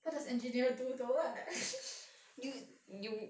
what does engineer do though what